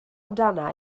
amdana